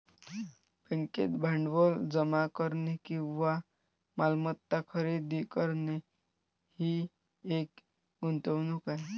बँकेत भांडवल जमा करणे किंवा मालमत्ता खरेदी करणे ही एक गुंतवणूक आहे